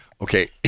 Okay